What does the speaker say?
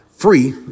Free